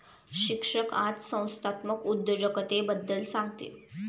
शिक्षक आज संस्थात्मक उद्योजकतेबद्दल सांगतील